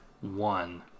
One